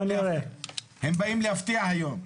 הם באים להפתיע היום.